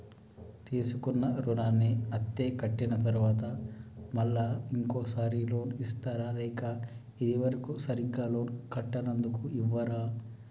తీసుకున్న రుణాన్ని అత్తే కట్టిన తరువాత మళ్ళా ఇంకో సారి లోన్ ఇస్తారా లేక ఇది వరకు సరిగ్గా లోన్ కట్టనందుకు ఇవ్వరా?